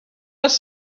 les